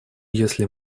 если